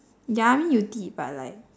ya I mean you did but like